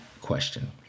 question